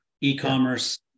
e-commerce